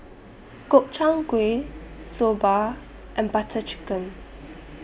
Gobchang Gui Soba and Butter Chicken